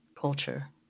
culture